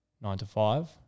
nine-to-five